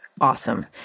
Awesome